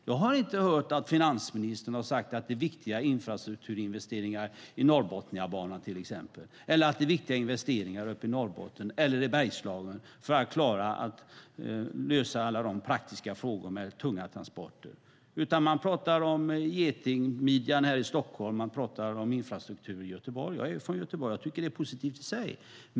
Jag har inte hört att finansministern har sagt att det är viktiga infrastrukturinvesteringar i Norrbotniabanan till exempel eller att det är viktiga investeringar i Norrbotten eller i Bergslagen för att lösa alla de praktiska frågorna med tunga transporter. Man pratar om getingmidjan här i Stockholm och om infrastrukturen i Göteborg. Jag är från Göteborg och tycker att det är positivt i sig.